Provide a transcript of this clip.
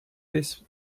this